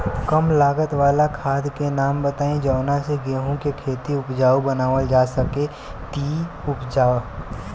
कम लागत वाला खाद के नाम बताई जवना से गेहूं के खेती उपजाऊ बनावल जा सके ती उपजा?